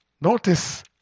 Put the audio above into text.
notice